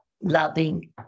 loving